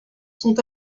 sont